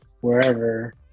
wherever